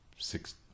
six